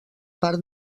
part